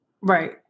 Right